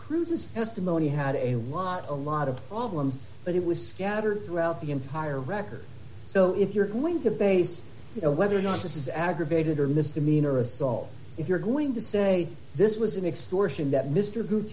cruises testimony had a lot a lot of problems but it was scattered throughout the entire record so if you're going to base you know whether or not this is aggravated or misdemeanor assault if you're going to say this was an extortion that mr